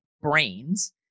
brains